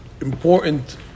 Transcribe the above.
important